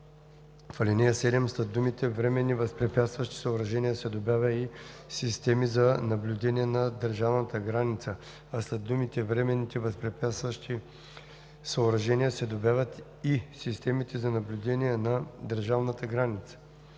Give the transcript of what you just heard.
в ал. 7 след думите „временни възпрепятстващи съоръжения“ се добавя „и системи за наблюдение на държавната граница“,